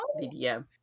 video